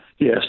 Yes